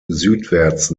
südwärts